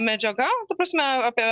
medžiaga ta prasme apie